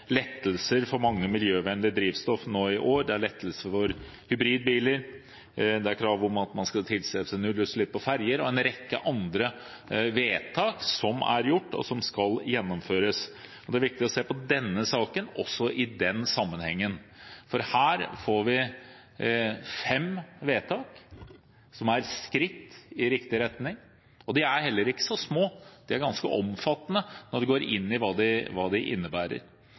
lettelser for mange miljøvennlige drivstoff nå i år, lettelser for hybridbiler, eller det er å stille krav om nullutslipp på ferjer. Det er en rekke andre vedtak som er gjort, og som skal gjennomføres. Det er viktig å se på denne saken også i den sammenhengen, for her får vi fem forslag til vedtak som er skritt i riktig retning – og de er heller ikke så små; de er ganske omfattende, når man går inn i hva de innebærer. Det